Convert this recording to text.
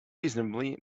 reasonably